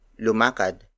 lumakad